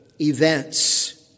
events